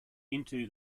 into